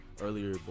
earlier